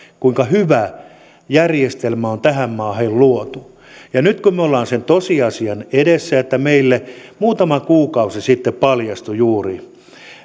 kuinka hyvä järjestelmä on tähän maahan jo luotu nyt me olemme sen tosiasian edessä että meille muutama kuukausi sitten paljastui juuri